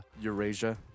Eurasia